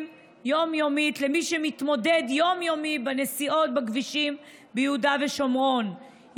יום-יומית על מי שמתמודד יום-יום בנסיעות בכבישים ביהודה ושומרון,